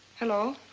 hello.